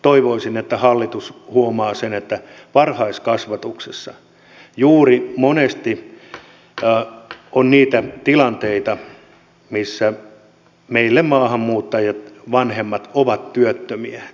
toivoisin että hallitus huomaa sen että juuri varhaiskasvatuksessa monesti on niitä tilanteita missä meillä maahanmuuttajavanhemmat ovat työttömiä